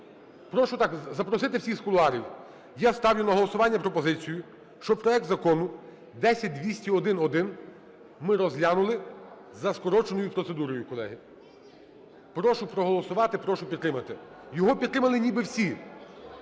Прошу запросити всіх з кулуарів. Я ставлю на голосування пропозицію, щоб проект Закону 10201-1 ми розглянули за скороченою процедурою, колеги. Прошу проголосувати. Прошу підтримати. Його підтримали ніби всі.